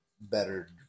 better